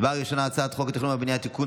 הצבעה ראשונה: הצעת חוק התכנון והבנייה (תיקון,